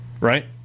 Right